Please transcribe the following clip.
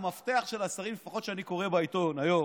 המפתח של השרים, לפחות זה שאני קורא בעיתון היום,